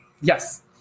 Yes